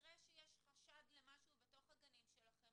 במקרה שיש חשד למשהו בתוך הגנים שלכם